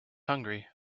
hungry